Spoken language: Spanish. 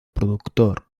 productor